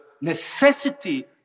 necessity